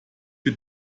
für